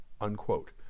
unquote